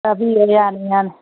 ꯆꯥꯕꯤꯕ ꯌꯥꯅꯤ ꯌꯥꯅꯤ